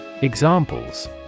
Examples